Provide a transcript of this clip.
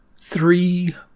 three